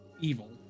evil